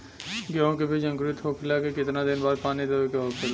गेहूँ के बिज अंकुरित होखेला के कितना दिन बाद पानी देवे के होखेला?